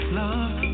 love